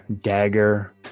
dagger